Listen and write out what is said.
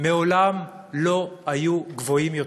מעולם לא היו גבוהים יותר.